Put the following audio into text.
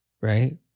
right